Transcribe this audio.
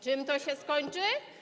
Czym to się skończy?